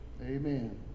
Amen